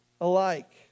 alike